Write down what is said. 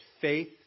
faith